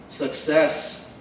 Success